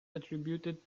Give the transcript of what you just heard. attributed